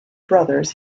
brothers